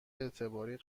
اعتباری